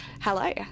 Hello